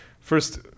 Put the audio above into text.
First